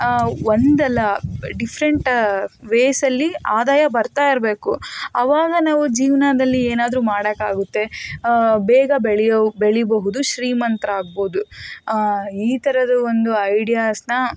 ಒಂದಲ್ಲ ಡಿಫ್ರೆಂಟ್ ವೇಸಲ್ಲಿ ಆದಾಯ ಬರ್ತಾಯಿರ್ಬೇಕು ಆವಾಗ ನಾವು ಜೀವನದಲ್ಲಿ ಏನಾದ್ರೂ ಮಾಡೋಕ್ಕಾಗುತ್ತೆ ಬೇಗ ಬೆಳೆಯೋ ಬೆಳೀಬಹುದು ಶ್ರೀಮಂತರಾಗಬಹುದು ಈ ಥರದ ಒಂದು ಐಡಿಯಾಸ್ನ